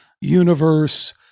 universe